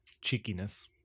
Cheekiness